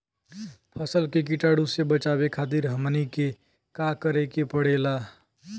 फसल के कीटाणु से बचावे खातिर हमनी के का करे के पड़ेला?